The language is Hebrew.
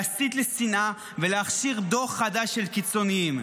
להסית לשנאה ולהכשיר דור חדש של קיצוניים.